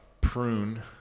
prune